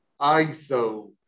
ISO